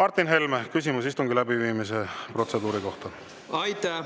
Martin Helme, küsimus istungi läbiviimise protseduuri kohta. Aitäh!